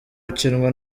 ukinwa